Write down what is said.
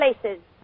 places